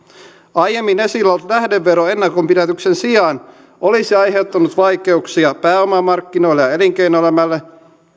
aiemmin esillä ollut lähdevero ennakonpidätyksen sijaan olisi aiheuttanut vaikeuksia pääomamarkkinoille ja elinkeinoelämälle